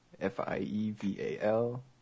F-I-E-V-A-L